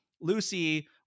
Lucy